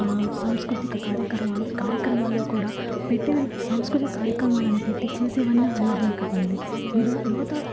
సాంస్కృతిక కార్యక్రమాలు కార్యక్రమాల్లో కూడా పెట్టిన సాంస్కృతి కార్యక్రమాలను పెట్టి చేసేవన్ని అనాగరిక పనులే ఈ రో యువత